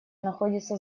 находится